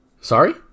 Sorry